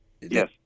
yes